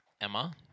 Emma